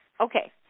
Okay